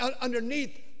underneath